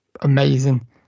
amazing